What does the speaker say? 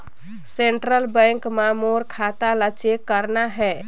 Central Bank मां मोर खाता ला चेक करना हे?